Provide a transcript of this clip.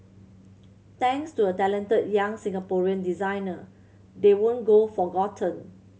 thanks to a talented young Singaporean designer they won't go forgotten